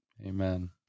Amen